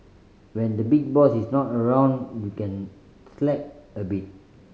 when the big boss is not around you can slack a bit